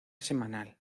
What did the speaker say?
semanal